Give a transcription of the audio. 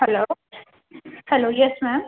hello hello yes ma'am